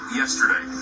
yesterday